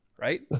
right